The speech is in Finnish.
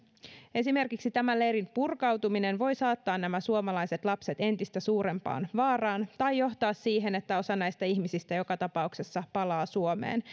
esimerkiksi leirin purkautuminen voi saattaa nämä suomalaiset lapset entistä suurempaan vaaraan tai johtaa siihen että osa näistä ihmisistä joka tapauksessa palaa suomeen